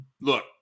Look